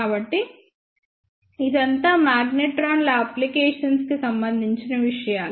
కాబట్టి ఇదంతా మాగ్నెట్రాన్ల అప్లికేషన్స్ కి సంబంధించిన విషయాలు